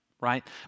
right